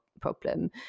problem